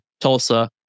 Tulsa